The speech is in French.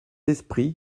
esprit